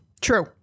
True